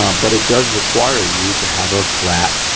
um but it does require ah you to have a flat